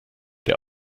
der